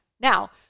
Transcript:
Now